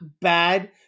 bad